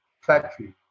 factory